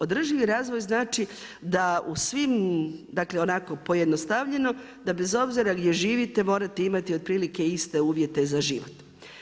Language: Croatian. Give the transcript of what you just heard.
Održivi razvoj znači da u svim, dakle onako pojednostavljeno, da bez obzira gdje živite morate imati otprilike iste uvjete za život.